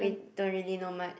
don't really know much